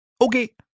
Okay